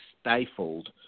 stifled